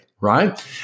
right